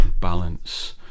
balance